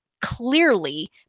clearly